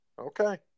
Okay